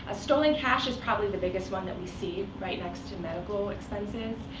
ah stolen cash is probably the biggest one that we see, right next to medical expenses,